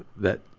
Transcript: that,